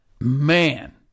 man